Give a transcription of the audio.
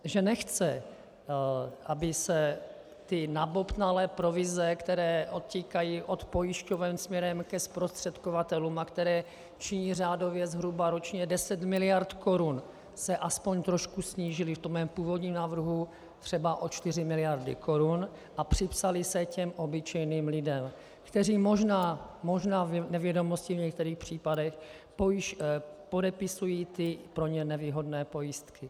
Že nechce, aby se ty nabobtnalé provize, které odtékají od pojišťoven směrem ke zprostředkovatelům a které činí řádově zhruba ročně 10 mld. korun, aspoň trošku snížily, v tom mém původním návrhu třeba o 4 mld. korun, a připsaly se těm obyčejným lidem, kteří možná v nevědomosti v některých případech podepisují pro ně nevýhodné pojistky.